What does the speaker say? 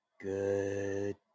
good